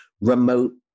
remote